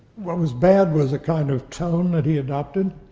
what was bad was a kind of tone that he adopted.